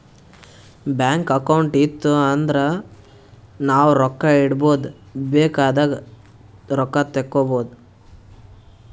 bank account ಇತ್ತು ಅಂದುರ್ ನಾವು ರೊಕ್ಕಾ ಇಡ್ಬೋದ್ ಬೇಕ್ ಆದಾಗ್ ರೊಕ್ಕಾ ತೇಕ್ಕೋಬೋದು